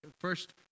first